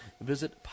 Visit